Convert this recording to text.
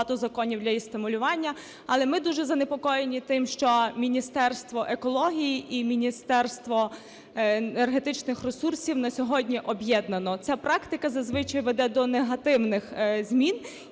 багато законів для її стимулювання. Але ми дуже занепокоєні тим, що Міністерство екології і Міністерство енергетичних ресурсів на сьогодні об'єднано. Ця практика, зазвичай, веде до негативних змін,